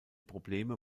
probleme